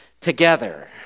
together